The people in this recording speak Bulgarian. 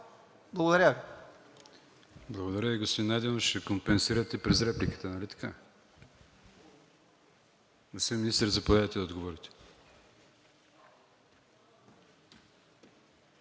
АТАНАСОВ: Благодаря Ви, господин Найденов, ще компенсирате през репликата, нали така? Господин Министър, заповядайте да отговорите.